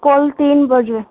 کل تین بجے